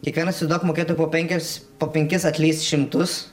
kiekvienas įsivaizduok mokėtų po penkias po penkis atleis šimtus